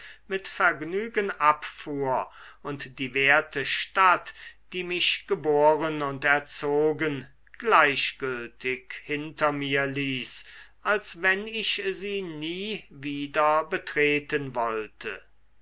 mit vergnügen abfuhr und die werte stadt die mich geboren und erzogen gleichgültig hinter mir ließ als wenn ich sie nie wieder betreten wollte